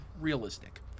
Realistic